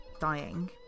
dying